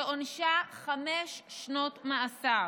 שעונשה הוא חמש שנות מאסר,